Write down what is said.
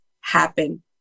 happen